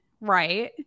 right